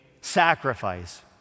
sacrifice